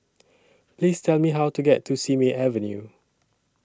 Please Tell Me How to get to Simei Avenue